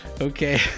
okay